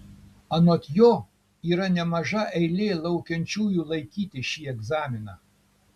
anot jo yra nemaža eilė laukiančiųjų laikyti šį egzaminą